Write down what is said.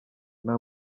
nta